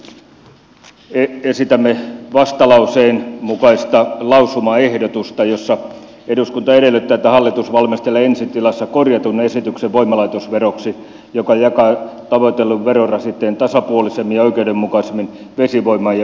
sen lisäksi esitämme vastalauseen mukaista lausumaehdotusta jossa eduskunta edellyttää että hallitus valmistelee ensi tilassa korjatun esityksen voimalaitosveroksi joka jakaa tavoitellun verorasitteen tasapuolisemmin ja oikeudenmukaisemmin vesivoiman ja ydinvoiman kesken